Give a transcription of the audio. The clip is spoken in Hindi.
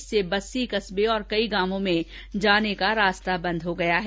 इससे बस्सी करबे और कई गांवों में जाने रास्ता बंद हो गया है